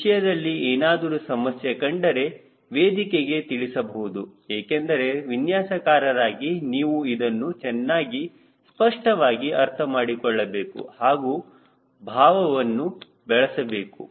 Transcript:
ಈ ವಿಷಯದಲ್ಲಿ ಏನಾದರೂ ಸಮಸ್ಯೆ ಕಂಡರೆ ವೇದಿಕೆಗೆ ತಿಳಿಸಬಹುದು ಏಕೆಂದರೆ ವಿನ್ಯಾಸಕಾರರಾಗಿ ನೀವು ಇದನ್ನು ಚೆನ್ನಾಗಿ ಸ್ಪಷ್ಟವಾಗಿ ಅರ್ಥಮಾಡಿಕೊಳ್ಳಬೇಕು ಹಾಗೂ ಭಾವವನ್ನು ಬೆಳೆಸಿಕೊಳ್ಳಬೇಕು